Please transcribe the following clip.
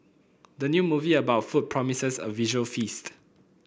the new movie about food promises a visual feast